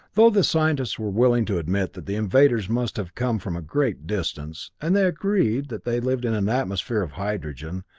though the scientists were willing to admit that the invaders must have come from a great distance, and they agreed that they lived in an atmosphere of hydrogen,